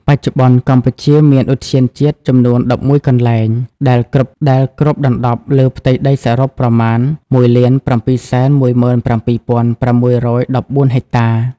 បច្ចុប្បន្នកម្ពុជាមានឧទ្យានជាតិចំនួន ១១ កន្លែង ដែលគ្របដណ្តប់លើផ្ទៃដីសរុបប្រមាណ ១,៧១៧,៦១៤ ហិកតា។